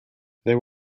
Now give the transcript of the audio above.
there